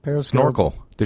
snorkel